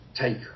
take